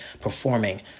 performing